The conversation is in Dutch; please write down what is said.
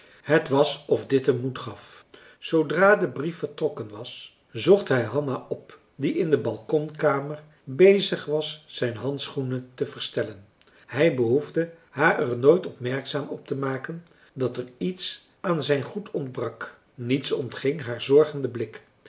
het was of dit hem moed gaf zoodra de brief vertrokken was zocht hij hanna op die in de balconkamer bezig was zijn handschoenen te verstellen hij behoefde er haar nooit opmerkzaam op te maken dat er iets aan zijn goed ontbrak niets ontging haren zorgenden blik